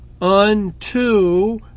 unto